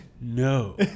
No